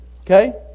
okay